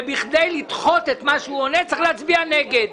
כדי לדחות את מה שהוא עונה, צריך להצביע נגד.